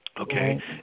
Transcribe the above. okay